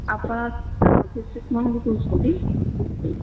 ଆପଣ ସାର୍ ଅଭିଷେକ ମହାନ୍ତି କହୁଛନ୍ତି